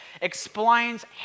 explains